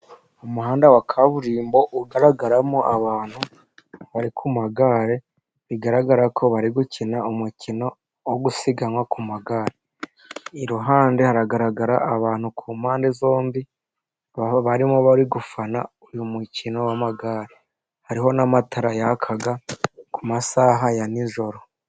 Umuhanda wa kaburimbo ugaragaramo abantu bari ku magare, bigaragara ko bari gukina umukino wo gusiganwa ku magare, iruhande haragaragara abantu ku mpande zombi barimo bari gufana uyu mukino w'amagare, hariho n'amatara yaka ku masaha ya nijoro.